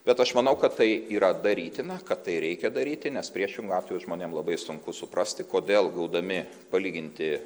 bet aš manau kad tai yra darytina kad tai reikia daryti nes priešingu atveju žmonėm labai sunku suprasti kodėl gaudami palyginti